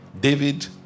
David